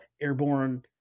airborne